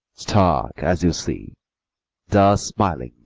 stark, as you see thus smiling,